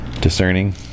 Discerning